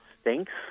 stinks